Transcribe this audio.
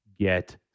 get